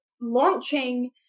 launching